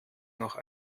noch